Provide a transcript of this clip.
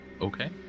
Okay